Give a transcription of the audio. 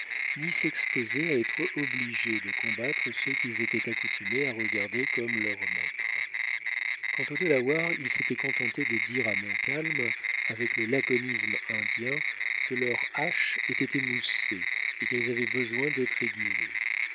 ni s'exposer à être obligés de combattre ceux qu'ils étaient accoutumés à regarder comme leurs maîtres quant aux delawares ils s'étaient contentés de dire à montcalm avec le laconisme indien que leurs haches étaient émoussées et qu'elles avaient besoin d'être aiguisées